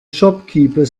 shopkeeper